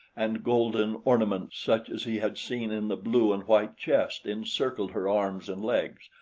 and golden ornaments such as he had seen in the blue-and-white chest encircled her arms and legs,